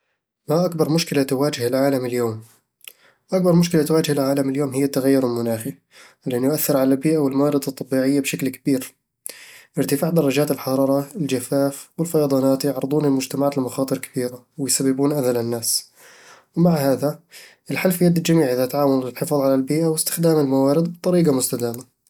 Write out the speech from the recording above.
ما أكبر مشكلة تواجه العالم اليوم؟ أكبر مشكلة تواجه العالم اليوم هي التغير المناخي، لأنه يؤثر على البيئة والموارد الطبيعية بشكل كبير ارتفاع درجات الحرارة، الجفاف، والفيضانات يعرضون المجتمعات لمخاطر كبيرة، ويسببون اذى للناس ومع هذا، الحل في يد الجميع إذا تعاونوا للحفاظ على البيئة واستخدام الموارد بطريقة مستدامة